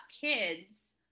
kids